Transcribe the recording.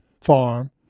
farm